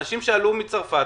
אלה אנשים שעלו מצרפת,